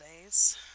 days